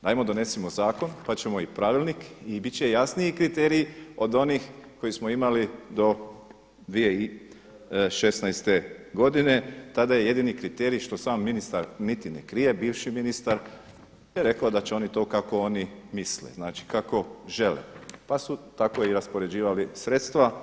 Dajemo donesimo zakon pa ćemo i pravilnik i biti će jasniji kriteriji od onih koji smo imali do 2016. godine, tada je jedini kriterij, što sam ministar niti ne krije, bivši ministar rekao da će oni to kako oni misle, znači kako žele pa su tako i raspoređivali sredstva.